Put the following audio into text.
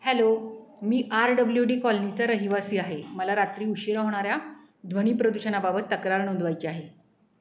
hello मी R W D कॉलनीचा रहिवासी आहे मला रात्री उशीरा होणाऱ्या ध्वनी प्रदूषणाबाबत तक्रार नोंदवायची आहे